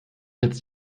jetzt